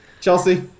Chelsea